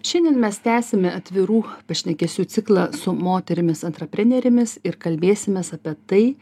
šiandien mes tęsime atvirų pašnekesių ciklą su moterimis antraprenerėmis ir kalbėsimės apie tai